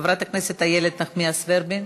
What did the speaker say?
חברת הכנסת איילת נחמיאס ורבין,